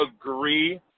agree